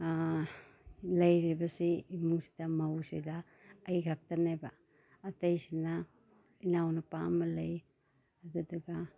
ꯂꯩꯔꯤꯕꯁꯤ ꯏꯃꯨꯡꯁꯤꯗ ꯃꯧꯁꯤꯗ ꯑꯩꯈꯛꯇꯅꯦꯕ ꯑꯇꯩꯁꯤꯅ ꯏꯅꯥꯎ ꯅꯨꯄꯥ ꯑꯃ ꯂꯩ ꯑꯗꯨꯗꯨꯒ